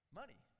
money